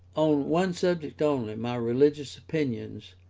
on one subject only, my religious opinions,